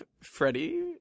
Freddie